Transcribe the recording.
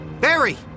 Barry